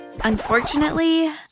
Unfortunately